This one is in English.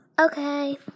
Okay